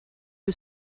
who